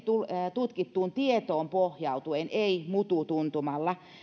tutkittuun tietoon pohjautuen ei mututuntumalla